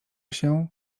się